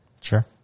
sure